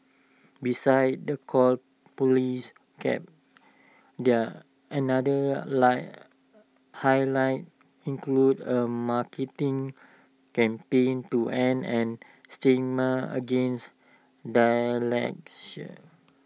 besides the call Police gap their another light highlights included A marketing campaign to end an stigma against